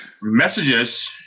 messages